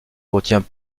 contient